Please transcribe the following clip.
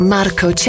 Marco